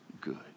good